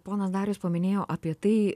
ponas darius paminėjo apie tai